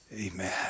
Amen